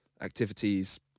activities